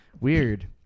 weird